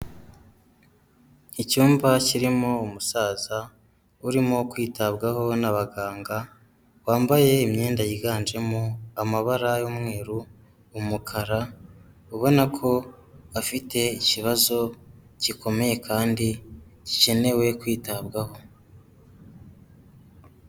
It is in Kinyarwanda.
Icyumba kirimo umusaza urimo kwitabwaho n'abaganga bambaye imyenda yiganjemo amabara y'umweru, umukara; ubona ko afite ikibazo gikomeye kandi gikenewe kwitabwaho.